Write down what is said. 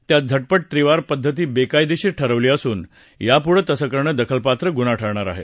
त्यात झटपट त्रिवार पद्धती बेकायदेशीर ठरवली असून यापूढं तसं करणं दखलपात्र गुन्हा ठरणार आहे